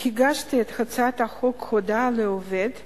הגשתי את הצעת חוק הודעה לעובד (תיקון,